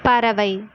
பறவை